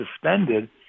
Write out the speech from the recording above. suspended